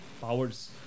powers